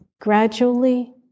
gradually